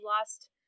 lost